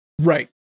right